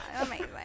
Amazing